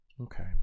Okay